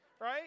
right